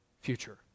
future